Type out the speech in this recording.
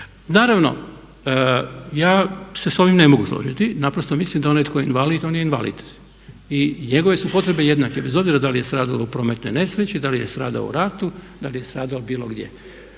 Naravno ja se s ovim ne mogu složiti, naprosto mislim da onaj tko je invalid on je invalid i njegove su potrebe jednake bez obzira da li je stradao u prometnoj nesreći, da li je stradao u ratu, da li je stradao bilo gdje.